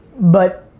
but,